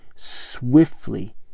swiftly